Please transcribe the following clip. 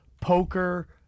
Poker